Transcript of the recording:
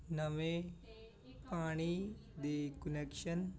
ਨਵੇਂ ਪਾਣੀ ਦੇ ਕੁਨੈਕਸ਼ਨ